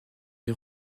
des